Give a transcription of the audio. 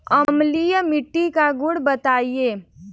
अम्लीय मिट्टी का गुण बताइये